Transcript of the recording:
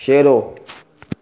शेरो